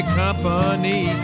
company